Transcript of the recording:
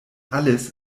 alles